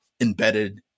embedded